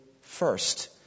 first